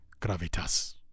Gravitas